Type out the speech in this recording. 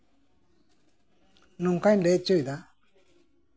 ᱱᱚᱝᱠᱟᱧ ᱞᱟᱹᱭ ᱦᱚᱪᱚᱭ ᱫᱟ